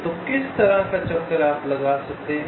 तो किस तरह का चक्कर आप लगा सकते हैं